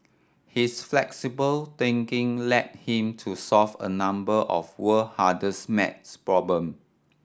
his flexible thinking led him to solve a number of world hardest math problem